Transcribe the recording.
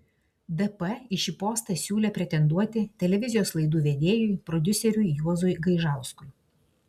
dp į šį postą siūlė pretenduoti televizijos laidų vedėjui prodiuseriui juozui gaižauskui